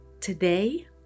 today